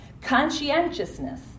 Conscientiousness